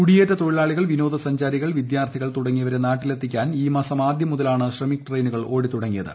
കുടിയേറ്റ തൊഴിലാളികൾ വിനോദ സഞ്ചാരികൾ വിദ്യാർത്ഥികൾ തുടങ്ങിയവരെ നാട്ടിലെത്തി ക്കാൻ ഈ മാസം ആദ്യം മുതലാണ് ശ്രമിക് ട്രെയിനുകൾ ഓടിത്തുടങ്ങിയത്